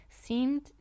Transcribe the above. seemed